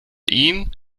ihn